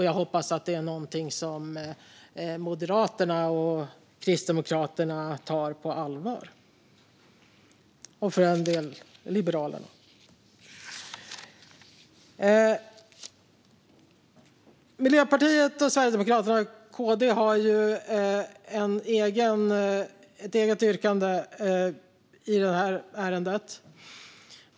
Jag hoppas att det är någonting som Moderaterna, Kristdemokraterna och för all del Liberalerna tar på allvar. Moderaterna, Sverigedemokraterna och KD har ett eget yrkande i det här ärendet.